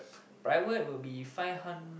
private will be five hundred